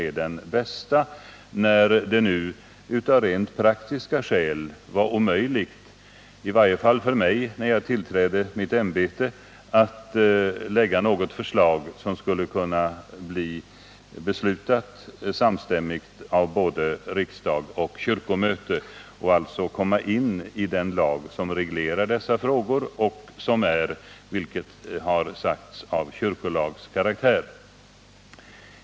Bakgrunden härtill är att det av rent praktiska skäl var omöjligt för mig när jag tillträdde mitt ämbete att lägga fram ett förslag vilket skulle kunna biträdas samstämmigt både av riksdag och av kyrkomöte och alltså skulle kunna tas in i en lagstiftning vilken, som nämnts, har kyrkolags natur.